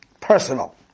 Personal